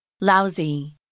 Lousy